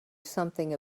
something